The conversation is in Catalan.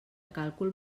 càlcul